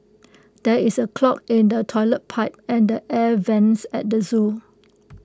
there is A clog in the Toilet Pipe and the air Vents at the Zoo